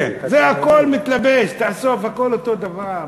כן, זה הכול מתלבש, תאסוף, הכול אותו דבר.